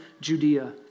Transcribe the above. Judea